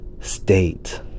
state